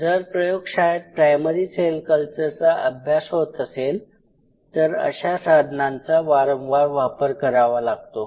जर प्रयोगशाळेत primary cell कल्चरचा अभ्यास होत असेल तर अशा साधनांचा वारंवार वापर करावा लागतो